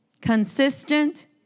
consistent